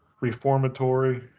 reformatory